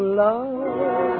love